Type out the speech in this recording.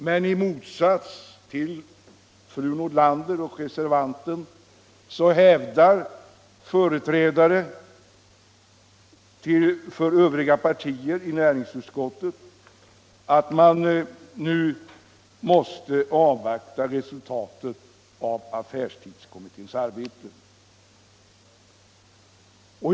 Men i motsats till fru Nordlander och reservanten hävdar företrädare för övriga partier i näringsutskottet att man nu måste avvakta resultatet av affärstidskommitténs arbete.